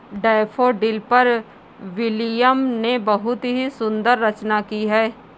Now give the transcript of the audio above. daffodil पर William ने बहुत ही सुंदर रचना की है